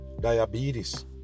diabetes